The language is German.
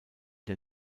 der